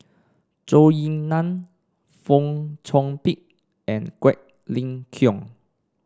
Zhou Ying Nan Fong Chong Pik and Quek Ling Kiong